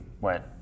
went